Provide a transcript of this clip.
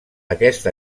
aquest